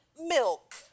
Milk